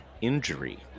injury